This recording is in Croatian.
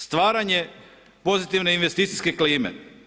Stvaranje pozitivne investicijske klime.